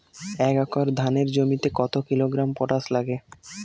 এক একর ধানের জমিতে কত কিলোগ্রাম পটাশ লাগে?